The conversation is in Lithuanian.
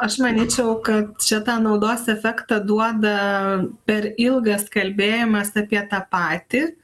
aš manyčiau kad čia tą naudos efektą duoda per ilgas kalbėjimas apie tą patį